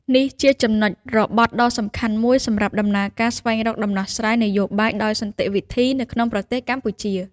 នេះជាចំណុចរបត់ដ៏សំខាន់មួយសម្រាប់ដំណើរការស្វែងរកដំណោះស្រាយនយោបាយដោយសន្តិវិធីនៅក្នុងប្រទេសកម្ពុជា។